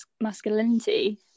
masculinity